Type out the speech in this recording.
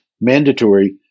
mandatory